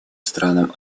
странам